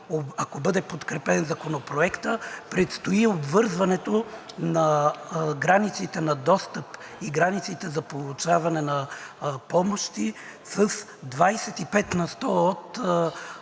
ако бъде подкрепен Законопроектът, предстои обвързването на границите на достъп и границите за получаване на помощи с 25 на сто от